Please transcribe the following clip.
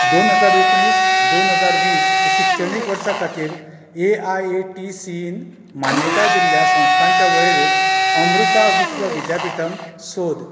दोन हजार एकोणीस दोन हजार वीस शिक्षणीक वर्सा खातीर ए आय ए टी सीन मान्यताय दिल्ल्या संस्थांच्या वळेरेंत अमृता विश्व विद्यापीठ सोद